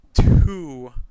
Two